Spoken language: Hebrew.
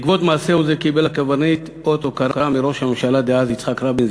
בעקבות מעשהו זה קיבל הקברניט אות הוקרה מראש הממשלה דאז יצחק רבין,